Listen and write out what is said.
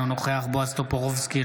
אינו נוכח בועז טופורובסקי,